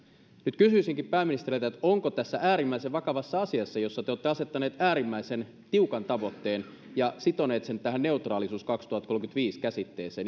nyt kysyisinkin pääministeriltä onko tässä äärimmäisen vakavassa asiassa jossa te olette asettaneet äärimmäisen tiukan tavoitteen ja sitoneet sen tähän neutraalisuus kaksituhattakolmekymmentäviisi käsitteeseen